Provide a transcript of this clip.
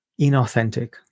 inauthentic